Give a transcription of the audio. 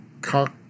cock